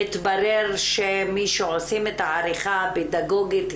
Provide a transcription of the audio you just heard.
התברר שמי שעושים את העריכה הפדגוגית,